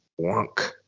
Wonk